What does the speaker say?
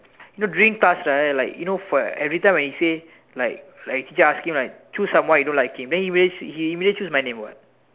you know during class right like you know for every time he say like like he keep asking like choose someone you don't like him then he always he immediately choose my name what